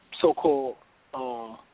so-called